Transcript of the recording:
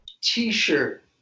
t-shirt